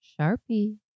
Sharpie